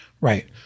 Right